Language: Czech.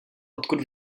odkud